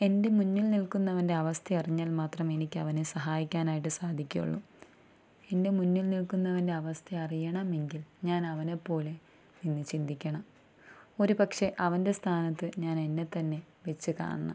എൻ്റെ മുന്നിൽ നിൽക്കുന്നവൻ്റെ അവസ്ഥ അറിഞ്ഞാൽ മാത്രം എനിക്ക് അവനെ സഹായിക്കാനായിട്ടു സാധിക്കുകയുള്ളു എൻ്റെ മുന്നിൽ നിൽക്കുന്നവൻ്റെ അവസ്ഥ അറിയണമെങ്കിൽ ഞാൻ അവനെപോലെ ഇന്നു ചിന്തിക്കണം ഒരു പക്ഷെ അവൻ്റെ സ്ഥാനത്തു ഞാൻ എന്നെ തന്നെ വെച്ചു കാണണം